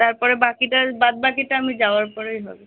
তারপরে বাকিটা বাদ বাকিটা আমি যাওয়ার পরেই হবে